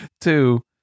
Two